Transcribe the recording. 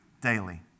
Daily